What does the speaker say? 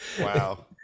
Wow